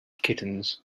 kittens